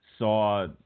Saw